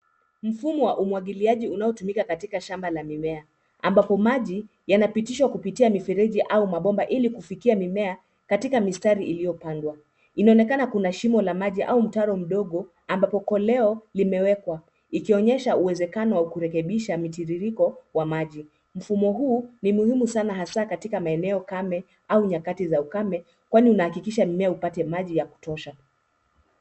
Mfumo wa umwagiliaji unaotumika katika shamba la mimea ambapo maji yanapitishwa kupitia mifereji au mabomba ili kufikia mimea katika mistari iliyopandwa. Inaonekana kuna shimo la maji au mtaro mdogo ambapo koleo limewekwa, ikionyesha uwezekano wa kurekebisha mitiririko wa maji. Mfumo huu ni muhimu sana hasa katika maeneo kame au nyakati wa ukame, kwani unahakikisha mimea upate maji ya kutosha.